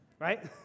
right